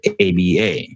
ABA